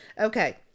Okay